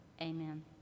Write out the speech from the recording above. Amen